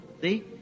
See